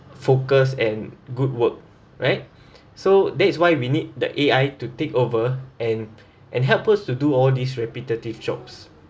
focus and good work right so that's why we need the A_I to take over and and help us to do all these repetitive jobs